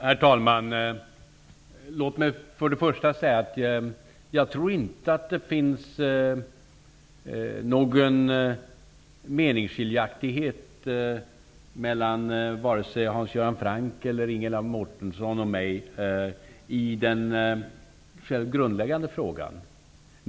Herr talman! Låt mig först säga att jag inte tror att det finns någon meningsskiljaktighet mellan vare sig Hans Göran Franck eller Ingela Mårtensson och mig i den grundläggande frågan.